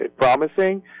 promising